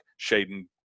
Shaden